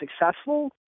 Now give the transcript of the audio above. successful